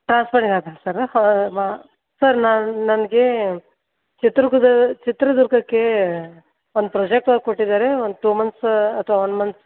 transporting office sir sir ನನ್ನ ನನಗೆ ಚಿತ್ರುಗದ ಚಿತ್ರದುರ್ಗಕ್ಕೆ ಒಂದು ಪ್ರೊಜೆಕ್ಟ್ ವರ್ಕ್ ಕೊಟ್ಟಿದ್ದಾರೆ ಒಂದು ಟೂ ಮಂತ್ಸ್ ಅಥ್ವಾ ಒನ್ ಮಂತ್